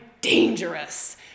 dangerous